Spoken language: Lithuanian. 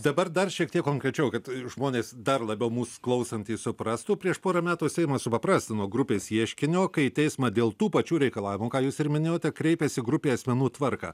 dabar dar šiek tiek konkrečiau kad žmonės dar labiau mūsų klausantieji suprastų prieš pora metų seimas supaprastino grupės ieškinio kai į teismą dėl tų pačių reikalavimų ką jūs ir minėjote kreipiasi grupė asmenų tvarką